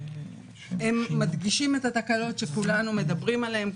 הם מדגישים את התקלות שכולנו מדברים עליהן,